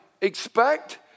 Expect